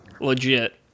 Legit